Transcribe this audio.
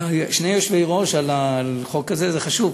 שני יושבי-ראש על החוק הזה, זה חשוב.